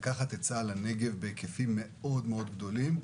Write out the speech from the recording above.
לקחת את צה"ל לנגב בהיקפים מאוד גדולים.